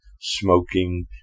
smoking